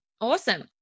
Awesome